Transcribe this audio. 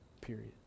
period